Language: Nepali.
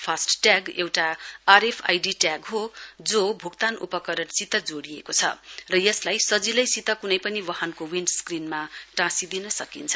फास्टैग एउटा R F I D tag हो जो भूक्तान उपकरणसित जोडिएको छ र यसलाई सजिलैसित क्नै पनि वाहनको विन्जस्क्रीनमा टाँसिदिन सकिन्छ